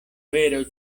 vero